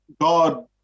God